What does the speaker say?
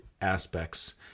aspects